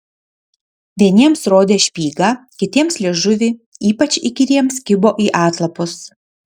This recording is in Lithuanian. vieniems rodė špygą kitiems liežuvį ypač įkyriems kibo į atlapus